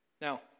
Now